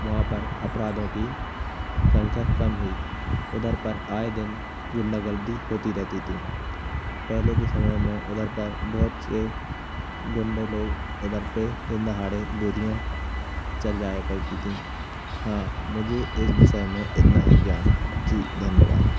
वहाँ पर अपराधों की संख्या कम हुई उधर पर आए दिन गुंडा गर्दी होती रहती थी पहले के समय में उधर पर बहुत से गुंडे लोग उधर पर दिन दहाड़े गोलियाँ चल जाया करती थीं हाँ मुझे इस विषय में इतना ही ज्ञान है जी धन्यवाद